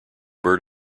bird